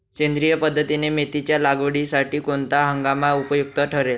सेंद्रिय पद्धतीने मेथीच्या लागवडीसाठी कोणता हंगाम उपयुक्त ठरेल?